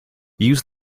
use